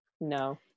No